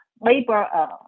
labor